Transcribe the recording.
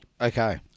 Okay